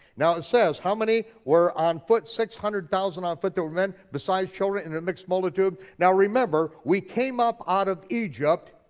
now it says, how many were on foot, six hundred thousand on foot that were men besides children and a mixed multitude. now remember, we came up out of egypt